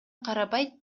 карабай